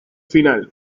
final